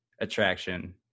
attraction